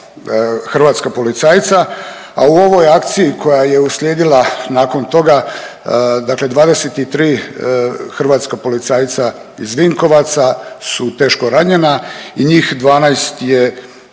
hrvatska policajca, a u ovoj akciji koja je uslijedila nakon toga, dakle 23 hrvatska policajca iz Vinkovaca su teško ranjena i njih 12 je, njih